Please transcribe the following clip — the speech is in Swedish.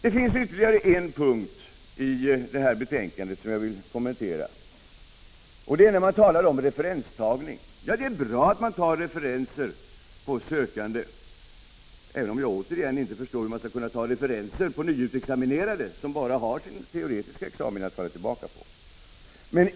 Det finns ytterligare en punkt i detta betänkande som jag vill kommentera, och det gäller referenstagning. Det är bra att man tar referenser på sökande — även om jag inte förstår hur man skall ta referenser på nyutexaminerade, som bara har sin teoretiska examen att falla tillbaka på.